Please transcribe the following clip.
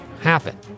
happen